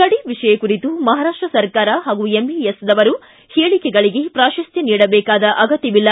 ಗಡಿ ವಿಷಯ ಕುರಿತು ಮಹಾರಾಷ್ಸ ಸರ್ಕಾರ ಹಾಗೂ ಎಂಇಎಸ್ದವರ ಹೇಳಿಕೆಗಳಿಗೆ ಪ್ರಾಶಸ್ತ್ಯ ನೀಡಬೇಕಾದ ಅಗತ್ಯವಿಲ್ಲ